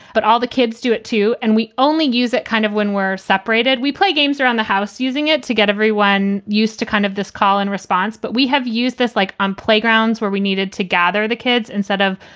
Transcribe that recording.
but all the kids do it, too, and we only use it kind of when we're separated. we play games around the house using it to get everyone used to kind of this call and response. but we have used this like on playgrounds where we needed to gather the kids instead of,